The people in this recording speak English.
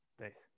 nice